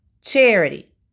charity